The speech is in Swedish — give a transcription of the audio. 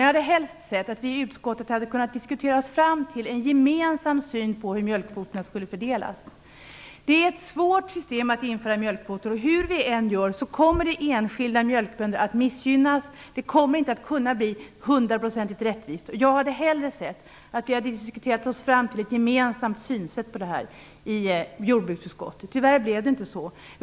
Jag hade helst sett att vi i utskottet skulle ha kunnat diskutera oss fram till en gemensam syn på hur mjölkkvoterna skulle fördelas. Det är svårt att införa mjölkkvoter. Hur vi än gör kommer enskilda mjölkbönder att missgynnas. Det kommer inte att kunna bli hundraprocentigt rättvist. Jag hade hellre sett att vi i jordbruksutskottet skulle ha diskuterat oss fram till en gemensam syn på hur mjölkkvoterna skall fördelas. Tyvärr blev det inte så.